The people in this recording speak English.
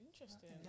interesting